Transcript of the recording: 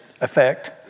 effect